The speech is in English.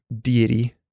deity